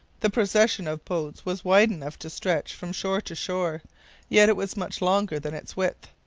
the procession of boats was wide enough to stretch from shore to shore yet it was much longer than its width.